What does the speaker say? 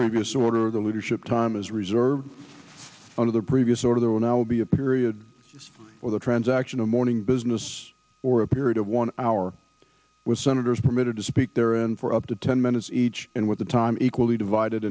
previous order the leadership time is reserved under the previous order there will now be a period where the transaction of morning business or a period of one hour with senators permitted to speak there and for up to ten minutes each in with the time equally divided